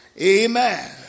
amen